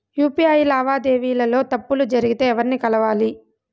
UPI లావాదేవీల లో తప్పులు జరిగితే ఎవర్ని కలవాలి?